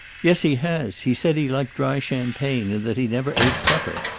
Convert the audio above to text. yes, he has. he said he liked dry champagne and that he never ate supper.